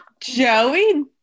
Joey